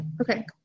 okay